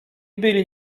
byli